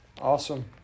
Awesome